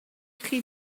chi